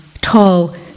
tall